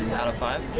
out of five?